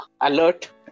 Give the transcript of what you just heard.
alert